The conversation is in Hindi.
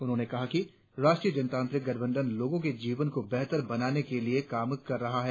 उन्होंने कहा कि राष्ट्रीय जनतांत्रिक गठबंधन लोगों के जीवन को बेहतर बनाने के लिए काम कर रहा है